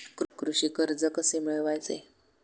कृषी कर्ज कसे मिळवायचे?